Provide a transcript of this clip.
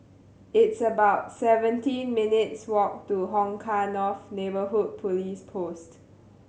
it's about seventeen minutes' walk to Hong Kah North Neighbourhood Police Post